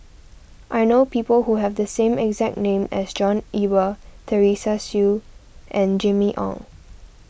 I know people who have the exact name as John Eber Teresa Hsu and Jimmy Ong